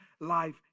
life